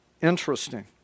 Interesting